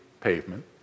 pavement